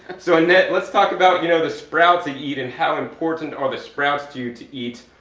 so annette, let's talk about, you know, the sprouts you eat and how important are the sprouts to you to eat,